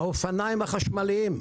האופניים החשמליים.